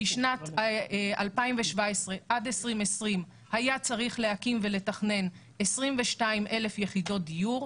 בשנים 2017 2020 היה צריך להקים ולתכנן 22,000 יחידות דיור.